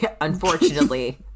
unfortunately